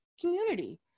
community